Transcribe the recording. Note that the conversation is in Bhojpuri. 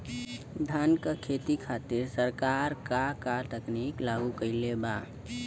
धान क खेती खातिर सरकार का का तकनीक लागू कईले बा?